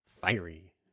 fiery